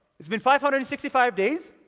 it's been five hundred and sixty five days,